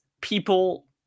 people